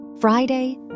Friday